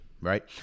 right